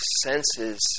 senses